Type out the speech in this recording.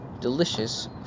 delicious